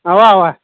اَوا اَوا